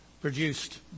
Produced